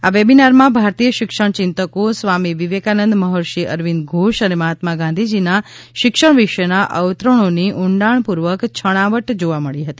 આ વેબિનારમાં ભારતીય શિક્ષણ ચિંતકો સ્વામી વિવેકાનંદ મહર્ષિ અરવિંદ ધોષ અને મહાત્મા ગાંધીજીના શિક્ષણ વિશેના અવતરણોની ઉંડાણપૂર્વક છણા જોવા મળી હતી